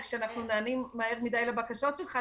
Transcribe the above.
שכשאנחנו נענים מהר מדי לבקשות שלך,